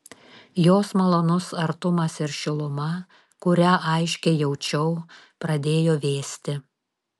jos malonus artumas ir šiluma kurią aiškiai jaučiau pradėjo vėsti